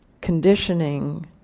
conditioning